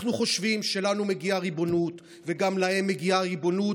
אנחנו חושבים שלנו מגיעה ריבונות ושגם להם מגיעה ריבונות,